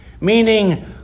meaning